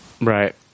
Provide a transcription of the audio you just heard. Right